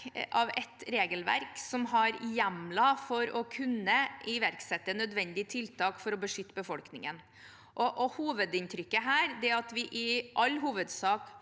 av et regelverk som har hjemler for å kunne iverksette nødvendige tiltak for å beskytte befolkningen. Hovedinntrykket her er at vi i all hovedsak